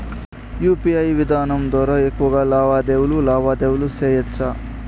UPI విధానం ద్వారా ఎక్కువగా లావాదేవీలు లావాదేవీలు సేయొచ్చా?